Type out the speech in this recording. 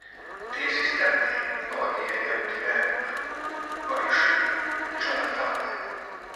tai asistentai nuodija jam gyvenimą vargšui džonatanui